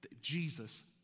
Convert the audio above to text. Jesus